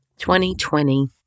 2020